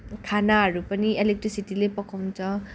खानाहरू पनि इलेक्ट्रिसिटीले पकाउँछ